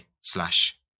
slash